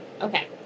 Okay